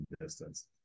distance